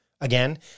Again